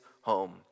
home